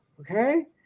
Okay